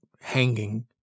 hanging